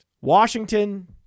Washington